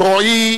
רועי,